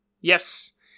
Yes